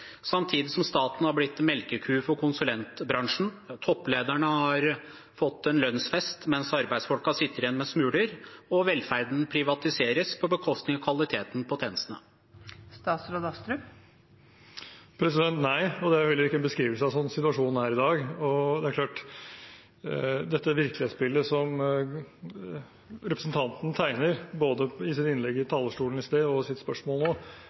samtidig som staten har blitt melkeku for konsulentbransjen, topplederne har fått en lønnsfest, mens arbeidsfolkene sitter igjen med smuler og velferden privatiseres på bekostning av kvaliteten på tjenestene? Nei, og det er heller ikke en beskrivelse av slik situasjonen er i dag. Det virkelighetsbildet representanten tegner, både i sitt innlegg fra talerstolen i sted og i spørsmålet nå,